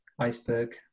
iceberg